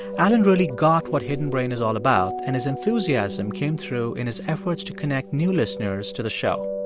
alan really got what hidden brain is all about and his enthusiasm came through in his efforts to connect new listeners to the show.